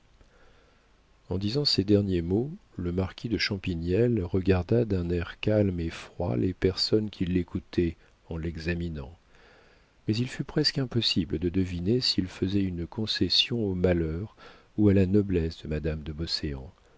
en disant ces derniers mots le marquis de champignelles regarda d'un air calme et froid les personnes qui l'écoutaient en l'examinant mais il fut presque impossible de deviner s'il faisait une concession au malheur ou à la noblesse de madame de